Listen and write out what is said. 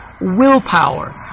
willpower